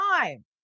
time